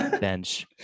bench